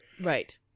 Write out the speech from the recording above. Right